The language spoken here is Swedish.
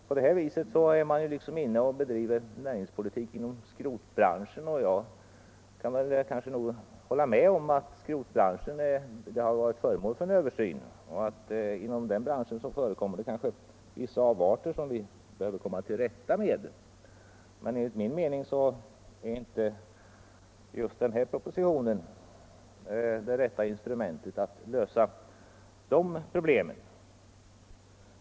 På det här viset bedriver man näringspolitik inom skrotbranschen. Branschen har varit föremål för en översyn, och det förekommer kanske inom den vissa avarter som vi behöver komma till rätta med. Men enligt min mening utgör inte propositionens förslag det rätta instrumentet att lösa de problemen.